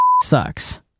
sucks